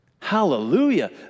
Hallelujah